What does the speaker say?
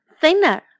thinner